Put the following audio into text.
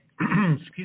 excuse